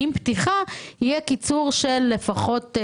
יהיה קיצור של חודשיים-שלושה לפחות.